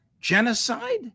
genocide